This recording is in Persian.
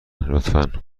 لطفا